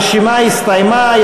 ההרשמה הסתיימה,